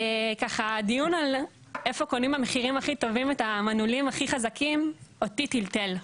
דיון על איפה קונים במחירים הכי טובים את המנעולים הכי חזקים אותי טלטל.